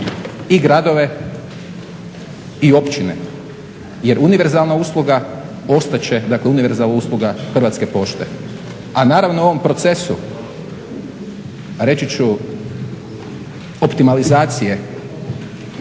i gradove i općine jer univerzalna usluga ostat će dakle univerzalna usluga Hrvatske pošte. A naravno u ovom procesu reći ću optimalizacije